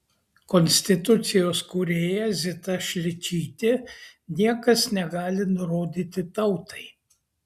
konstitucijos kūrėja zita šličytė niekas negali nurodyti tautai